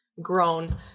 grown